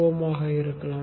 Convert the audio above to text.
5Ω ஆக இருக்கலாம்